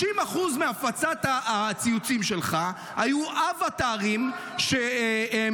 60% מהפצת הציוצים שלך היו אוואטרים שהם